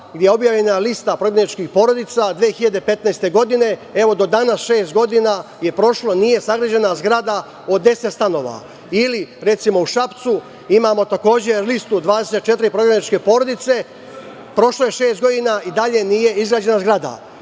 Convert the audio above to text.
gde je objavljena lista prognanih porodica 2015. godine. Evo do danas, šest godina je prošlo, nije sagrađena zgrada od 10 stanova ili, recimo, u Šapcu imamo listu od 24 prognane porodice, prošlo je šest godina i dalje nije izgrađena zgrada.